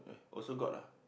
also got lah